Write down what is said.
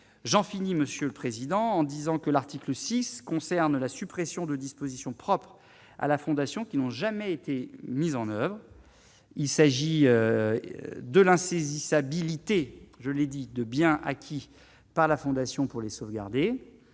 j'en finis Monsieur le Président, en disant que l'article 6 concerne la suppression de dispositions propres à la fondation qui n'ont jamais été mise en oeuvre, il s'agit de l'insaisissabilité, je l'ai dit de biens acquis par la Fondation pour les sauvegarder